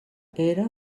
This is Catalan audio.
era